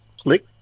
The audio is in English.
click